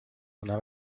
una